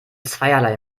zweierlei